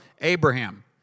Abraham